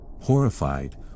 Horrified